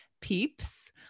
peeps